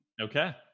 Okay